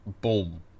Boom